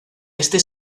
este